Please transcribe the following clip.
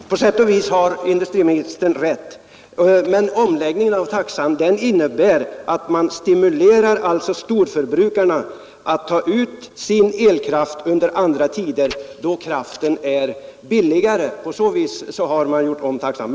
Herr talman! På sätt och vis har industriministern rätt, men omläggningen av taxan innebär att man stimulerar storförbrukarna att ta ut sin elkraft under andra tider, då kraften är billigare. På så sätt har man gjort om taxan.